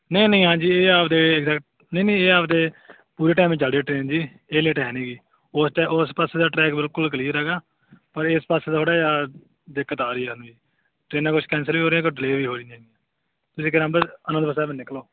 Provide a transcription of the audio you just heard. ਨਹੀਂ ਨਹੀਂ ਹਾਂਜੀ ਇਹ ਆਪਣੇ ਨਹੀਂ ਨਹੀਂ ਇਹ ਆਪਣੇ ਪੂਰੇ ਟਾਈਮ ਚੱਲਦੀ ਆ ਟ੍ਰੇਨ ਜੀ ਇਹ ਲੇਟ ਹੈ ਨਹੀਂ ਜੀ ਉਸ ਟਾਈਮ ਉਸ ਪਾਸੇ ਦਾ ਟਰੈਕ ਬਿਲਕੁਲ ਕਲੀਅਰ ਹੈਗਾ ਪਰ ਇਸ ਪਾਸੇ ਥੋੜ੍ਹਾ ਜਿਹਾ ਦਿੱਕਤ ਆ ਰਹੀ ਆ ਸਾਨੂੰ ਜੀ ਟ੍ਰੇਨਾਂ ਕੁਛ ਕੈਂਸਲ ਵੀ ਹੋ ਰਹੀਆਂ ਅਤੇ ਡਿਲੇਅ ਵੀ ਹੋ ਰਹੀਆਂ ਜੀ ਅਨੰਦਪੁਰ ਸਾਹਿਬ ਨੂੰ ਨਿਕਲੋ